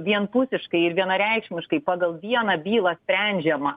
vienpusiškai ir vienareikšmiškai pagal vieną bylą sprendžiama